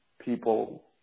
people